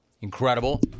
Incredible